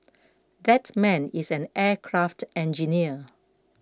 that man is an aircraft engineer